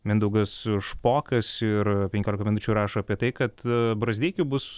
mindaugas špokas ir penkiolika minučių rašo apie tai kad brazdeikiui bus